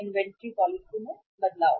inventory policy में बदलाव